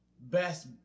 best